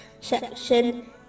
section